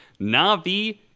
Navi